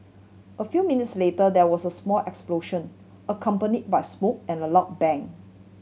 a few minutes later there was a small explosion accompany by smoke and a loud bang